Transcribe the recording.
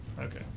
okay